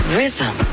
rhythm